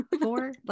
four